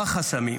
מה החסמים?